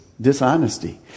dishonesty